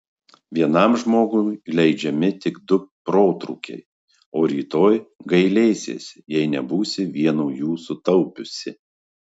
vienam žmogui leidžiami tik du protrūkiai o rytoj gailėsiesi jei nebūsi vieno jų sutaupiusi